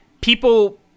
people